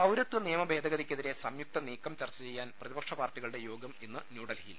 പൌരത്വ നിയമ ഭേദഗതിക്കെതിരെ സംയുക്ത നീക്കം ചർച്ച ചെയ്യാൻ പ്രതിപക്ഷ പാർട്ടികളുടെ യേഗം ഇന്ന് ന്യൂഡൽഹിയിൽ